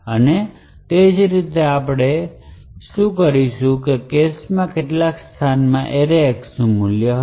અને તે જ રીતે આપણે જે કરીશું તે છે કે કેશમાં કેટલાક સ્થાનમાં arrayx નું મૂલ્ય હશે